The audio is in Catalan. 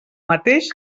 mateix